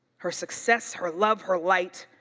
her success, her love, her light,